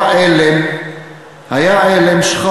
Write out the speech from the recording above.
היה עלם שחרחר,